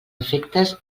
efectes